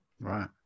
right